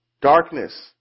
Darkness